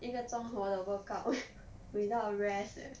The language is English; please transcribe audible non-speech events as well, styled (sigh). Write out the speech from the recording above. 一个钟头的 workout (laughs) without rest